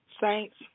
Saints